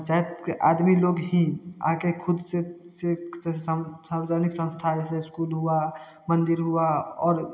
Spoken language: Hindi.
पंचायत के आदमी लोग ही आ के खुद से सार्वजानिक संस्था जैसे स्कूल हुआ मंदिर हुआ और